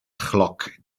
chloc